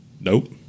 Nope